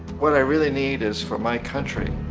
what i really need is for my country